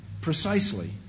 precisely